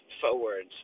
forwards